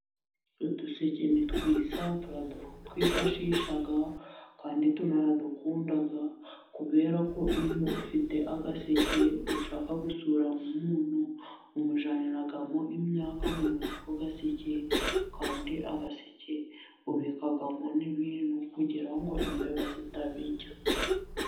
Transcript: Uduseke n'itwiza twifashisha kandi tunaradukunda, kubera ko iyo ufite agaseke ushaka gusura umuntu umujyaniramo imyaka murako gaseke. Kandi agaseke ubikamo n'ibintu ukugira ngo imbeba zitaberya.